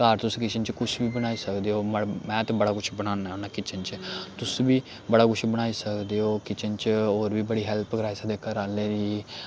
घर तुस किचन च कुछ बी बनाई सकदे ओ में ते बड़ा कुछ बनाना होन्ना किचन च तुस बी बड़ा कुछ बनाई सकदे ओ किचन च होर बी बड़ी हैल्प कराई सकदे घर आह्ले दी